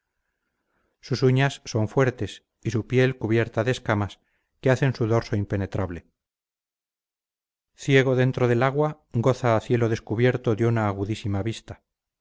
sus uñas son fuertes y su piel cubierta de escamas que hacen su dorso impenetrable ciego dentro del agua goza a cielo descubierto de una agudísima vista